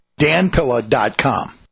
danpilla.com